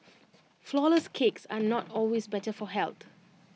Flourless Cakes are not always better for health